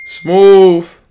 smooth